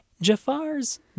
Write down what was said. Jafar's